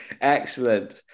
Excellent